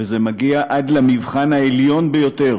וזה מגיע עד למבחן העליון ביותר,